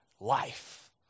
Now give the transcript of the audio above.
life